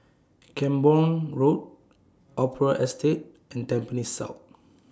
Camborne Road Opera Estate and Tampines South